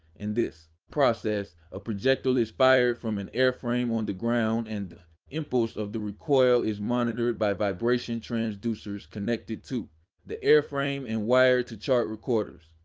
in this process, a projectile is fired from an airframe on the ground and the impulse of the recoil is monitored by vibration transducers connected to the airframe and wired to chart recorders.